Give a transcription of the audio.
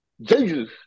jesus